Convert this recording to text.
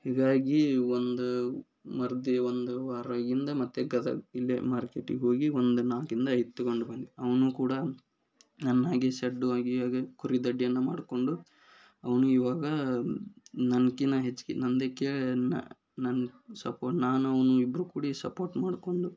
ಹೀಗಾಗಿ ಒಂದು ಮರ್ದೆ ಒಂದು ವಾರದಿಂದ ಮತ್ತೆ ಗದಗ್ ಇಲ್ಲೇ ಮಾರ್ಕೆಟಿಗೆ ಹೋಗಿ ಒಂದು ನಾಲ್ಕರಿಂದ ಐದು ತಗೊಂಡು ಬಂದ್ವಿ ಅವನು ಕೂಡ ನನ್ನ ಹಾಗೆ ಸೆಡ್ಡು ಕುರಿದೊಡ್ಡಿಯನ್ನು ಮಾಡಿಕೊಂಡು ಅವನು ಇವಾಗ ನನ್ಕಿನ್ನ ಹೆಚ್ಗೆ ನನ್ನದಕ್ಕೆ ನನ್ನ ಸಪೋಟ್ ನಾನು ಅವನು ಇಬ್ಬರೂ ಕೂಡಿ ಸಪೋಟ್ ಮಾಡಿಕೊಂಡು